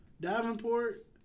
Davenport